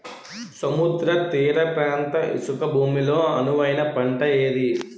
సముద్ర తీర ప్రాంత ఇసుక భూమి లో అనువైన పంట ఏది?